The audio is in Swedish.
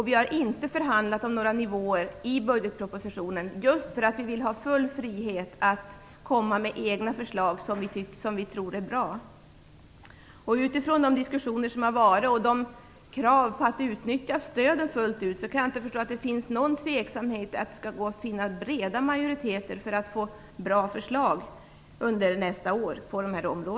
Vi har inte förhandlat om några nivåer i budgetpropositionen, just för att vi vill ha full frihet att kunna lägga fram egna förslag som vi tror är bra. Med utgångspunkt i de tidigare diskussionerna och kraven på att utnyttja stöden fullt ut, kan jag inte förstå att det finns några tvivel om att vinna breda majoriteter för bra förslag på dessa områden nästa år.